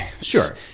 Sure